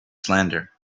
slander